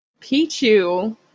Pichu